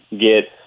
get